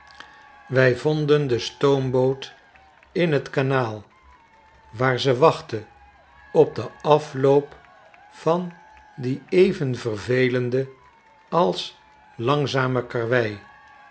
wij vonden de stoomboot in tkanaal waar ze wachtte op den afloop van die even vervelende als langzame karwei